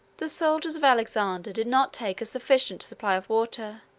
the soldiers of alexander did not take a sufficient supply of water,